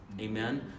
Amen